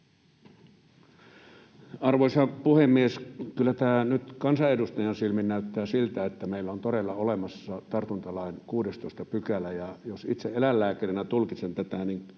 Arvoisa puhemies! Kyllä tämä nyt kansanedustajan silmin näyttää siltä, että meillä on todella olemassa tartuntalain 16 §, ja jos itse eläinlääkärinä tulkitsen tätä